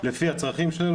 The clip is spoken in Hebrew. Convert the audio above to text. לפי הצרכים שלו,